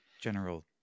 General